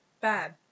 Bad